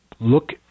look